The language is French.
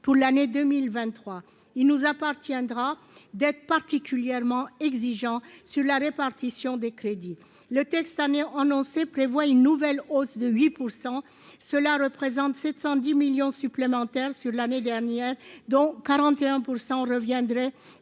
pour l'année 2023 il nous appartiendra d'être particulièrement exigeant sur la répartition des crédits, le texte Samir annoncé prévoit une nouvelle hausse de 8 % cela représente 710 millions supplémentaires sur l'année dernière, dont 41 % reviendrait